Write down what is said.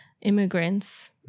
immigrants